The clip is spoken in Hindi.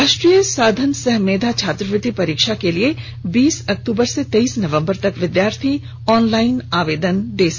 राष्ट्रीय साधन सह मेधा छात्रवृति परीक्षा के लिए बीस अक्टूबर से तेईस नवंबर तक विद्यार्थी ऑनलाइन आवेदन कर सकेंगे